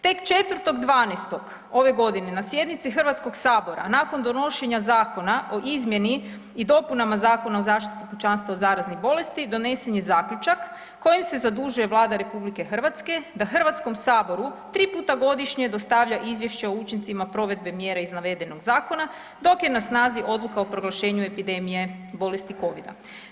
Tek 4.12. ove godine na sjednici Hrvatskog sabora nakon donošenja Zakona o izmjeni i dopunama Zakona o zaštiti pučanstava od zaraznih bolesti donesen je zaključak kojim se zadužuje Vlada RH da Hrvatskom saboru 3 puta godišnje dostavlja izvješće o učincima provedbe mjera iz navedenog zakona dok je na snazi odluka o proglašenju epidemije bolesti Covida.